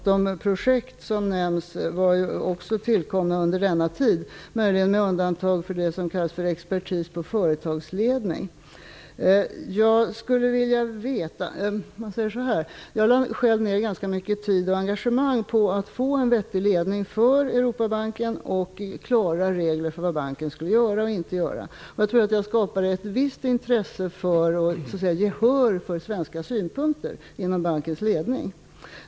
De projekt som nämnts tillkom också under den tiden, möjligen med undantag för det som kallas för expertis på företagsledning. Jag lade själv ner ganska mycket tid och engagemang på att få en vettig ledning för Europabanken och klara regler för vad banken skall göra och inte göra. Jag tror att jag skapade ett visst intresse och gehör för svenska synpunkter inom bankens ledning.